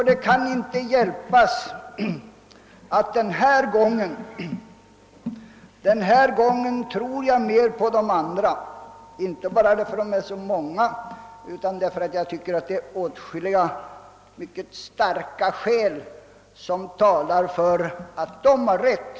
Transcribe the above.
Det kan inte hjälpas att jag denna gång mera tror på de andra, inte bara därför att de är så många, utan därför att jag tycker att åtskilliga skäl talar för att de har rätt.